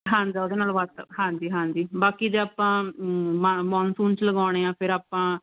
ਹਾਂਜੀ ਉਹਦੇ ਨਾਲ ਬੱਸ ਹਾਂਜੀ ਹਾਂਜੀ ਬਾਕੀ ਜੇ ਆਪਾਂ ਮ ਮੌਨਸੂਨ 'ਚ ਲਗਾਉਣੇ ਆ ਫਿਰ ਆਪਾਂ